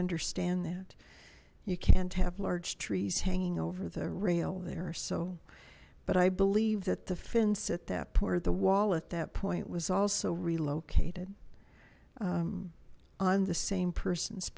understand that you can't have large trees hanging over the real there so but i believe that the fence at that part of the wall at that point was also relocated on the same person